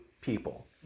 people